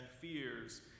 fears